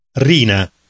Rina